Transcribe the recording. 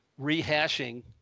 rehashing